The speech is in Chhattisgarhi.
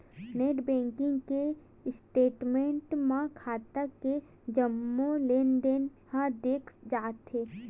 नेट बैंकिंग के स्टेटमेंट म खाता के जम्मो लेनदेन ह दिख जाथे